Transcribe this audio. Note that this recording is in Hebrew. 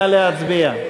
נא להצביע.